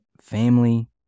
family